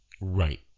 Right